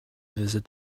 visit